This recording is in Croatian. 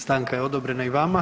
Stanka je odobrena i vama.